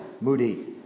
Moody